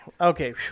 okay